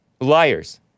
liars